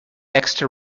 extra